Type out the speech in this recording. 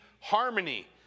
harmony